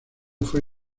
fue